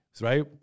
Right